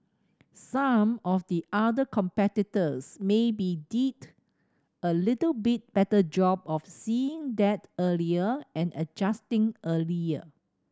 some of the other competitors maybe did a little bit better job of seeing that earlier and adjusting earlier